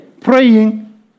praying